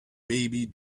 baby